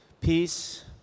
peace